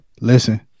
Listen